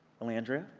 elandria?